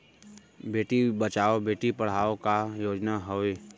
बेटी बचाओ बेटी पढ़ाओ का योजना हवे?